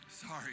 Sorry